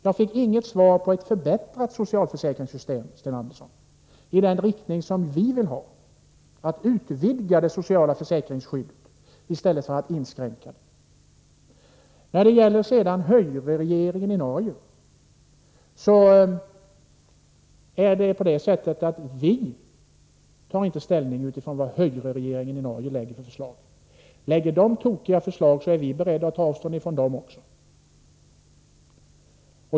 Jag fick inget svar på min fråga om ett förbättrat socialförsäkringssystem i den riktning som vi vill ha, nämligen att utvidga det sociala försäkringsskyddet i stället för att inskränka det. När det gäller hgyreregeringen i Norge är det på det sättet att vi inte tar ställning med hänsyn till de förslag hgyre lägger fram. Lägger de fram tokiga förslag, är vi beredda att ta avstånd från dem också.